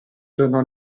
tornò